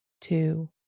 two